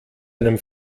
einem